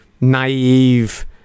naive